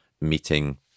meeting